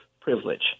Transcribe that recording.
privilege